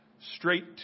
straight